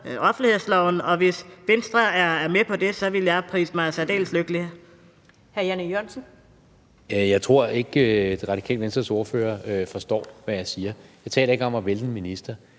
offentlighedsloven, og hvis Venstre er med på det, vil jeg prise mig særdeles lykkelig.